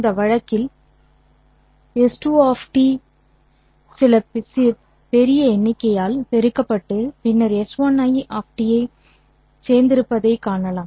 இந்த வழக்கில் s2 சில பெரிய எண்ணிக்கையால் பெருக்கப்பட்டு பின்னர் s1 ஐச் சேர்த்திருப்பதைக் காணலாம்